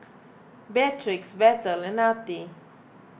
Beatrix Bethel and Artie